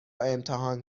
امتحان